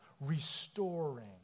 restoring